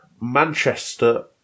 Manchester